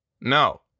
No